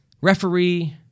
referee